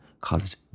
caused